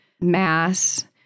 Mass